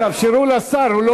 תאפשרו לשר,